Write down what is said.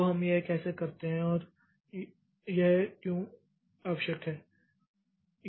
तो हम यह कैसे करते हैं और यह क्यों आवश्यक है